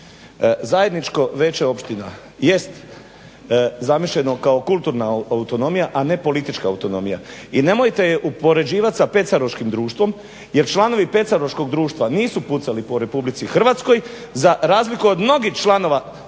Zajedničko Veće opština jest zamišljeno kao kulturna autonomija, a ne politička autonomija i nemojte je upoređivati sa pecaroškim društvom jer članovi pecaroškog društva nisu pucali po RH za razliku od mnogih članova